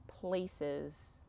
places